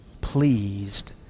pleased